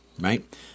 right